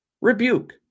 Rebuke